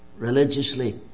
Religiously